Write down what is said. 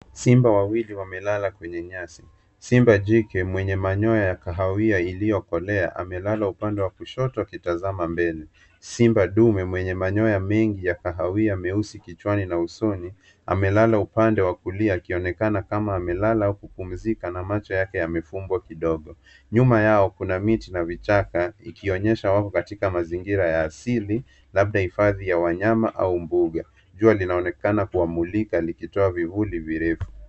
Simba wawili wamelala kwenye nyasi. Simba jike mwenye manyoya ya kahawia iliyokolea, amelala upande wa kushoto akitazama mbele. Simba dume mwenye manyoya mengi ya kahawia meusi kichwani na usoni, amelala upande wa kulia akionekana kama amelala kupumzika na macho yake yamefungwa kidogo. Nyuma yao kuna miti na vichaka, ikionyesha wako katika mazingira ya asili, labda hifadhi ya wanyama au mbuga. Jua linaonekana kuwamulika likitoa vivuli virefu.